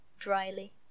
dryly